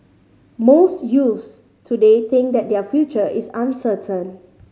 most youths today think that their future is uncertain